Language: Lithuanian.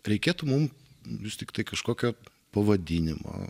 reikėtų mum vis tiktai kažkokio pavadinimo